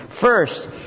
First